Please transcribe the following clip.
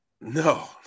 No